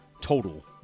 Total